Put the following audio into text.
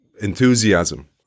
enthusiasm